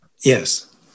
Yes